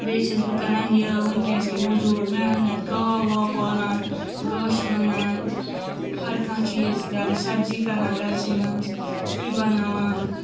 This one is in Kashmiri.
بیٚیہِ چھس بہٕ کَران یہِ وٕنکٮ۪نس تہِ موٚزوٗرۍ محنت گاو واو پالان گاسہٕ لونان ہَر کانہہ چیٖز گَرٕچ سَبزی کَڑان گَرسٕے منٛز سُے بناوان